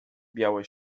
białe